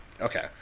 Okay